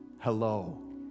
Hello